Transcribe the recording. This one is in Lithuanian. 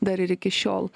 dar ir iki šiol